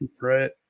right